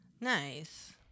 Nice